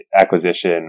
acquisition